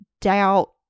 doubt